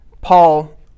Paul